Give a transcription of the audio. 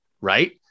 right